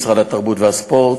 משרד התרבות והספורט,